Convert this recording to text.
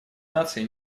наций